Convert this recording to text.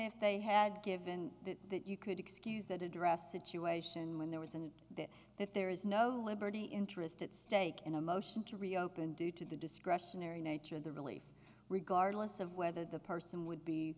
if they had given that you could excuse that addressed situation when there was an that that there is no liberty interest at stake in a motion to reopen due to the discretionary nature of the relief regardless of whether the person would be